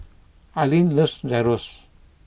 Ilene loves Gyros